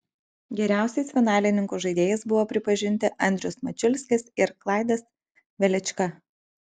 geriausiais finalininkų žaidėjais buvo pripažinti andrius mačiulskis ir klaidas velička